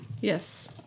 Yes